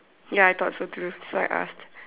ya I though so too so I asked